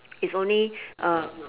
it's only uh